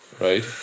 right